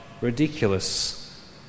ridiculous